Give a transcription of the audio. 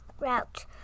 route